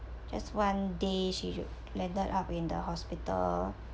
just one day she should landed up in the hospital